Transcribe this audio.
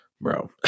Bro